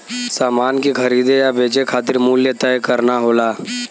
समान के खरीदे या बेचे खातिर मूल्य तय करना होला